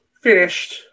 Finished